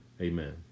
Amen